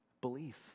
Belief